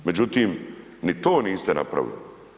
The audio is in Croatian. Međutim ni to niste napravili.